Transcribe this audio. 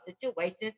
situations